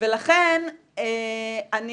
ולכן, אני